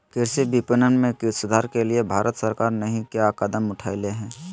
कृषि विपणन में सुधार के लिए भारत सरकार नहीं क्या कदम उठैले हैय?